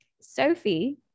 Sophie